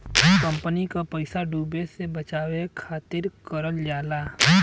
company क पइसा डूबे से बचावे खातिर करल जाला